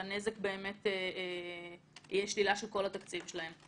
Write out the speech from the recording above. שהנזק באמת יהיה שלילה של כל התקציב שלהם.